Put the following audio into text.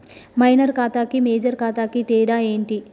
Minor ఖాతా కి major ఖాతా కి తేడా ఏంటి?